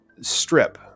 strip